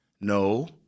No